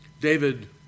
David